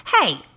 hey